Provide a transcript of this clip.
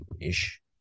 ish